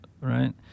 right